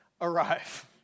arrive